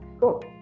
cool